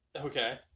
Okay